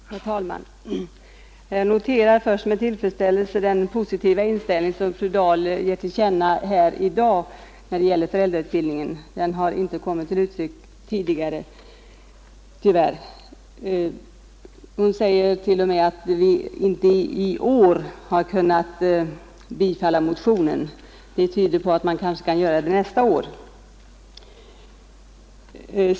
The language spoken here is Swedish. Herr talman! Jag noterar först med tillfredsställelse den positiva inställning som fru Dahl gett till känna här i dag när det gäller föräldrautbildningen; den har tyvärr inte kommit till uttryck tidigare. Hon säger till och med att man ”inte i år” har kunnat biträda motionen. Det tyder på att man kanske kan göra det nästa år.